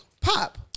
pop